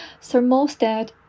thermostat